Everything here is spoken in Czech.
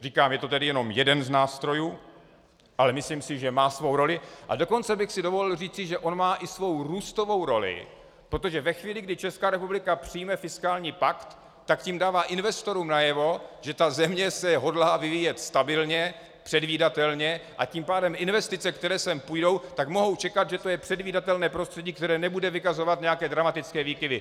Říkám, je to tedy jenom jeden z nástrojů, ale myslím si, že má svou roli, a dokonce bych si dovolil říci, že on má i svou růstovou roli, protože ve chvíli, kdy Česká republika přijme fiskální pakt, tak tím dává investorům najevo, že země se hodlá vyvíjet stabilně, předvídatelně, a tím pádem investice, které sem půjdou, mohou čekat, že to je předvídatelné prostředí, které nebude vykazovat nějaké dramatické výkyvy.